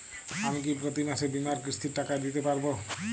আমি কি প্রতি মাসে বীমার কিস্তির টাকা দিতে পারবো?